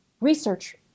research